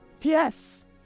Yes